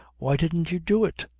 why didn't you do it?